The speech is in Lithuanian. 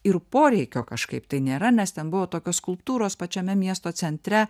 ir poreikio kažkaip tai nėra nes ten buvo tokios skulptūros pačiame miesto centre